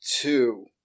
two